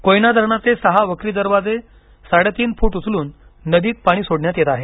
कोयना धरणाचे सहा वक्री दरवाजे साडे तीन फुट उचलून नदीत पाणी सोडण्यात येत आहे